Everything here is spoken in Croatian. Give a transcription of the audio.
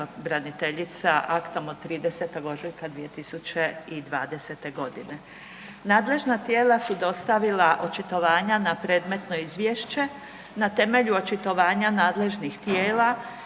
pravobraniteljica aktom od 30. ožujka 2020. godine. Nadležna tijela su dostavila očitovanja na predmetno izvješće na temelju očitovanja nadležnih tijela